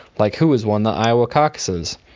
like who has won the iowa caucuses.